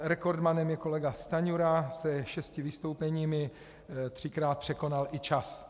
Rekordmanem je kolega Stanjura se 6 vystoupeními, třikrát překonal i čas.